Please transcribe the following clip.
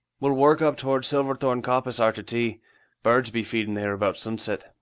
we'll work up toward silverthorn coppice arter tea birds be feedin' theer about sunset.